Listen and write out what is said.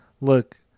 look